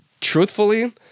Truthfully